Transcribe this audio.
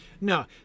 No